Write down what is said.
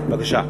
בבקשה.